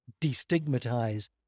destigmatize